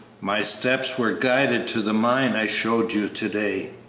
my steps were guided to the mine i showed you to-day.